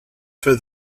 for